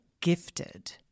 gifted